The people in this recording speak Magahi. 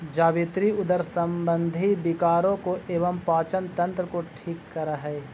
जावित्री उदर संबंधी विकारों को एवं पाचन तंत्र को ठीक करअ हई